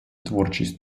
творчість